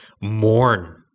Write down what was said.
mourn